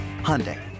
Hyundai